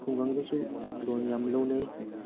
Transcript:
ꯈꯨꯡꯒꯪꯗꯁꯨ loan ꯌꯥꯝ ꯂꯧꯅꯩ